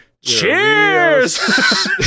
cheers